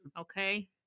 okay